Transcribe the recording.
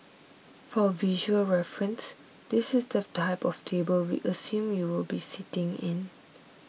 for visual reference this is the type of table we assume you will be sitting in